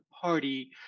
party